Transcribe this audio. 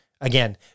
Again